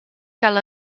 cal